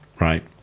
right